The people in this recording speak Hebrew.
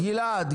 גלעד,